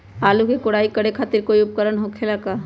आलू के कोराई करे खातिर कोई उपकरण हो खेला का?